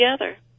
together